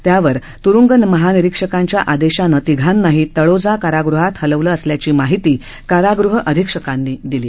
त्यावरील तुरुंग महानिरीक्षकांच्या आदेशाने तिघांनाही तळोजा कारागृहात हलविलं असल्याची माहिती कारागृह अधीक्षकांनी दिली